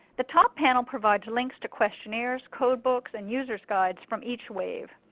the top panel provides links to questionnaires, codebooks, and users guides from each wave.